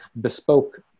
bespoke